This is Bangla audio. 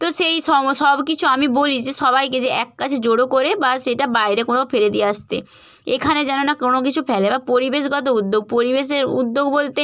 তো সেই সব কিছু আমি বলি যে সবাইকে যে এক কাছে জড়ো করে বা সেটা বাইরে কোথাও ফেলে দিয়ে আসতে এখানে যেন না কোনো কিছু ফেলে বা পরিবেশগত উদ্যোগ পরিবেশের উদ্যোগ বলতে